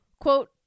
Quote